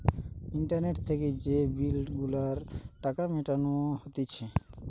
internet থেকে যে bill গুলার টাকা মিটানো হতিছে